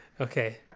Okay